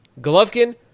Golovkin